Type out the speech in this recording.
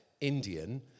Indian